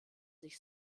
sich